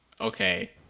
Okay